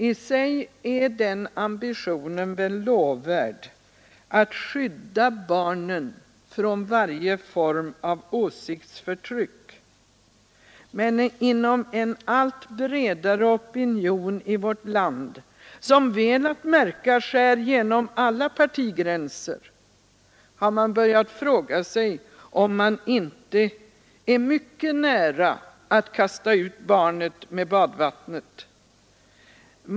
I sig är det väl en lovvärd ambition att skydda barnen för varje form av åsiktsförtryck, men en allt bredare opinion i vårt land, som väl att märka skär genom alla partigränser, har börjat fråga sig, om man inte är mycket nära att kasta ut barnet med badvattnet.